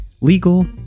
legal